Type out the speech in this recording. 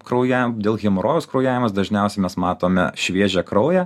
kraujavim dėl hemorojaus kraujavimas dažniausiai mes matome šviežią kraują